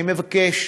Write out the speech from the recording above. אני מבקש